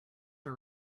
are